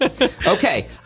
okay